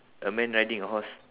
a man riding a horse